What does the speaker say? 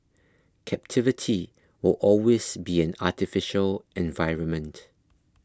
captivity will always be an artificial environment